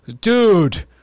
Dude